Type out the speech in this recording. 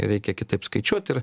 reikia kitaip skaičiuoti ir